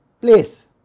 place